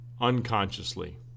Unconsciously